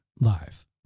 Live